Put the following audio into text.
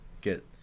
get